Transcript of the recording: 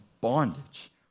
bondage